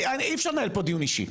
אי אפשר לדיין פה דיון אישי.